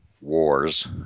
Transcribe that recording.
wars